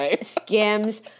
skims